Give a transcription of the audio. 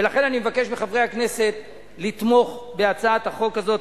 ולכן אני מבקש מחברי הכנסת לתמוך בהצעת החוק הזאת,